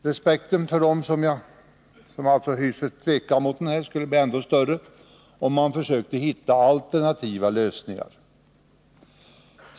Respekten för dem skulle bli ännu större, om de försökte hitta alternativa lösningar.